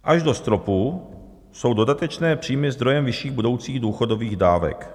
Až do stropu jsou dodatečné příjmy zdrojem vyšších budoucích důchodových dávek.